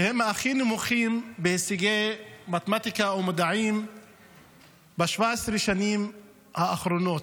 והם הכי נמוכים בהישגי מתמטיקה ומדעים ב-17 השנים האחרונות.